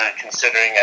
considering